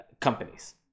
companies